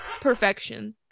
perfection